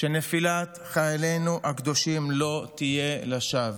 שנפילת חיילנו הקדושים לא תהיה לשווא.